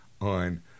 on